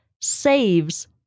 saves